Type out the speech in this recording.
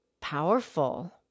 powerful